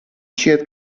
šķiet